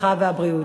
הרווחה והבריאות.